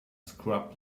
scrub